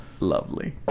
Lovely